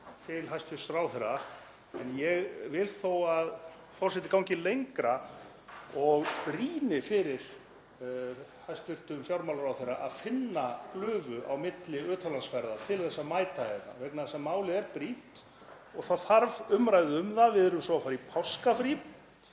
til hæstv. ráðherra. Ég vil þó að forseti gangi lengra og brýni fyrir hæstv. fjármálaráðherra að finna glufu á milli utanlandsferða til að mæta hérna vegna þess að málið er brýnt og það þarf umræðu um það. Við erum svo að fara í páskafrí.